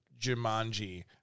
Jumanji